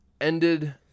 ended